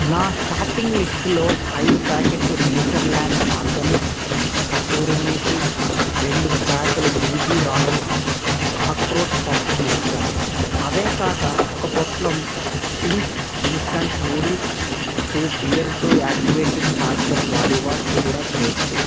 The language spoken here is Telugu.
నా షాపింగ్ లిస్టులో ఐదు ప్యాకెట్లు Nature Land Organics kasuri methi రెండు ప్యాకులు బీబీ రాయల్ ఆక్రోటు పప్పు చేర్చాలి అవే కాక ఒక పొట్లం Ching's instant noodles two Beardo activated charcoal body wash కూడా చేర్చు